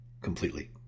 completely